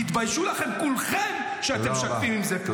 תתביישו לכם כולכם שאתם משתפים עם זה פעולה.